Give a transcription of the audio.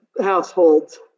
households